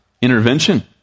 intervention